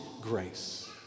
grace